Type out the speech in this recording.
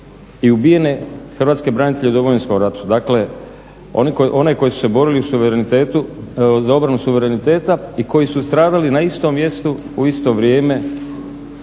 i ubijene hrvatske branitelje u Domovinskom ratu. Dakle, one koji su se borili za obranu suvereniteta i koji su stradali na istom mjestu u isto vrijeme